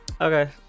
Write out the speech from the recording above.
okay